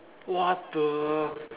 what the